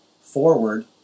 forward